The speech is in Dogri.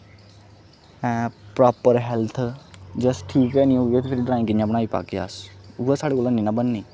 हां प्रापर हैल्थ अगर ठीक गै नेईं होगे ते ड्रांइग कि'यां बनाई पाह्गे अस उयै साढ़े कोला हैनी बननी